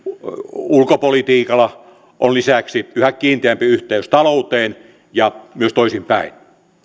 ulkopolitiikalla on lisäksi yhä kiinteämpi yhteys talouteen ja myös toisinpäin